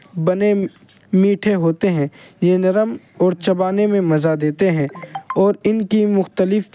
بنے میٹھے ہوتے ہیں یہ نرم اور چبانے میں مزہ دیتے ہیں اور ان کی مختلف